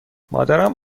مادرم